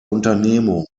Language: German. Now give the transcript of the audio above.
unternehmung